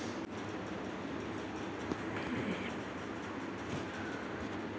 సామాజిక పథకం నుండి చెల్లింపులు పొందిన తర్వాత ఎప్పుడు తిరిగి చెల్లించాలి?